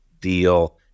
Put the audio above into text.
deal